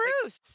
Bruce